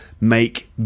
make